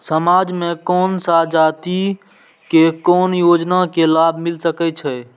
समाज में कोन सा जाति के कोन योजना के लाभ मिल सके छै?